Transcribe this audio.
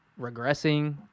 regressing